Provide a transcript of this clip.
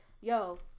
yo